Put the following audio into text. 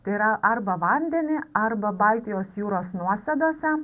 tai yra arba vandenį arba baltijos jūros nuosėdose